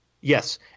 yes